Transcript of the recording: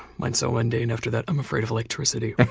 mine's so mundane after that. i'm afraid of electricity.